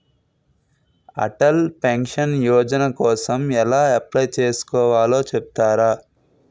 Atal pension Yojana కోసం ఎలా apply చేసుకోవాలో చెపుతారా?